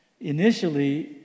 Initially